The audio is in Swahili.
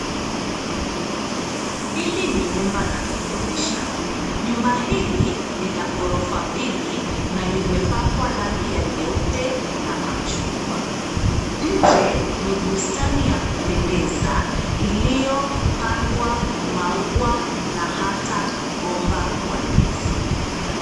Hili ni nyumba la kukodisha. Nyumba hili ni la ghorofa mbili na limepakwa rangi ya nyeupe na machungwa. Nje, ni bustani ya kupendeza iliyopandwa maua na hata mgomba wa ndizi.